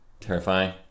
terrifying